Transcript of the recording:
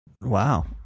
Wow